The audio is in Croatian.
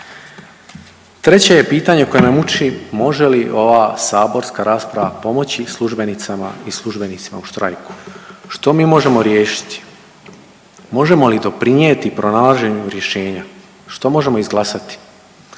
Treće je pitanje koje me muči, može li ova saborska rasprava pomoći službenicama i službenicima u štrajku, što mi možemo riješiti? Možemo li doprinijeti pronalaženju rješenja, što možemo izglasati?